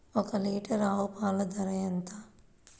ఒక్క లీటర్ ఆవు పాల ధర ఎంత?